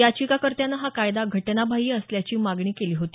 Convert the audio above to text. याचिकाकर्त्यानं हा कायदा घटनाबाह्य असल्याची मागणी केली होती